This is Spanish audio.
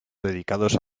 dedicados